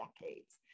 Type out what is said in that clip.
decades